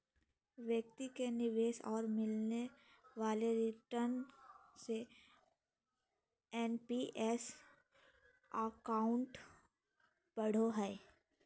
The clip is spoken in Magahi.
व्यक्ति के निवेश और मिले वाले रिटर्न से एन.पी.एस अकाउंट बढ़ो हइ